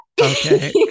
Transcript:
Okay